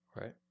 Right